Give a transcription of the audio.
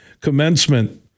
commencement